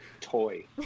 toy